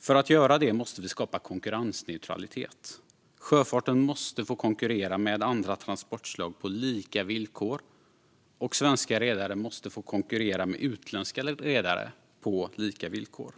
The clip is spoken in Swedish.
För att göra det måste vi skapa konkurrensneutralitet. Sjöfarten måste få konkurrera med andra transportslag på lika villkor, och svenska redare måste få konkurrera med utländska redare på lika villkor.